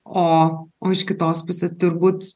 o o iš kitos pusės turbūt